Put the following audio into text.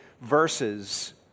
verses